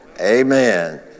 amen